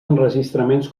enregistraments